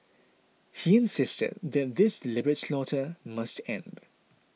he insisted that this deliberate slaughter must end